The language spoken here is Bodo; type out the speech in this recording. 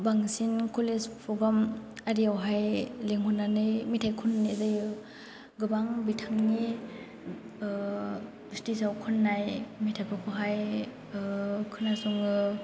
बांसिन कलेज प्रग्राम आरियावहाय लेंहरनानै मेथाइ खनहोनाय जायो गोबां बिथांनि स्टेजाव खन्नाय मेथाइफोरखौहाय खोनासङो